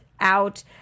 out